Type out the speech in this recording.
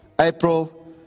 April